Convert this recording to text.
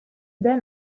then